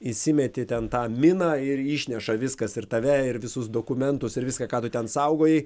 įsimeti ten tą miną ir išneša viskas ir tave ir visus dokumentus ir viską ką tu ten saugojai